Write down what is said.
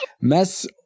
mess